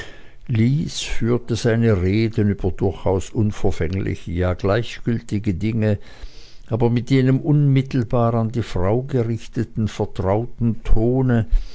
lys führte seine reden über durchaus unverfängliche ja gleichgültige dinge aber mit jenem unmittelbar an die frau gerichteten vertrauten tone